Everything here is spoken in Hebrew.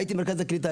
הייתי במרכז הקליטה,